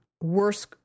worse